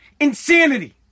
Insanity